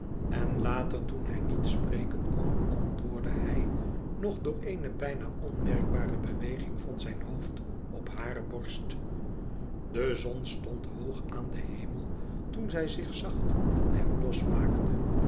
en later toen hij niet spreken kon antwoordde hij nog door eene bijna onmerkbare beweging van zijn hoofd op hare borst de zon stond hoog aan den hemel toen zij zich zacht van hem losmaakte